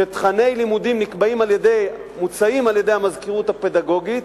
שתוכני לימודים מוצעים על-ידי המזכירות הפדגוגית,